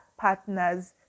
partner's